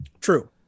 True